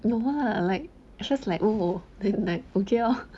no lah like just like oh then that okay lor